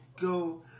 go